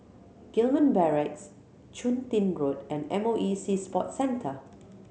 Gillman Barracks Chun Tin Road and M O E Sea Sports Centre